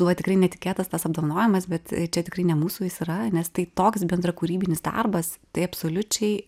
nu va tikrai netikėtas tas apdovanojimas bet čia tikrai ne mūsų jis yra nes tai toks bendrakūrybinis darbas tai absoliučiai